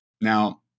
Now